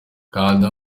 kanda